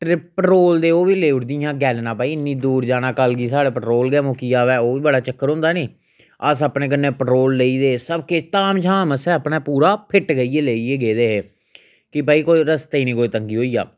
triple रोल दी ओह् बी लेउड़ी हियां गैलनां भई इन्नी दूर जाना कल गी साढ़ा पट्रोल गै मुक्की जावा ओह् बी बड़ा चक्कर होंदा नी अस अपने कन्नै पट्रोल लेई गेदे हे सब किश ताम जाम असें अपना पूरा फिट करियै लेइयै गेदे हे कि भाई कोई रस्तै च नी कोई तंगी होई जा